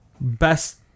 best